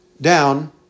down